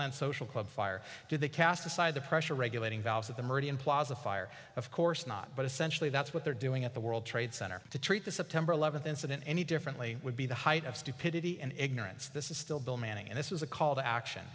land social club fire did they cast aside the pressure regulating valve that the murder in plaza fire of course not but essentially that's what they're doing at the world trade center to treat the september eleventh incident any differently would be the height of stupidity and ignorance this is still bill manning and this is a call to action